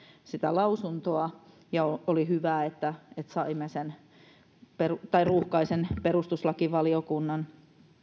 sitä lausuntoa ja oli hyvä että saimme sen ruuhkaisen perustuslakivaliokunnan